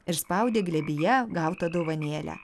ir spaudė glėbyje gautą dovanėlę